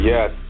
Yes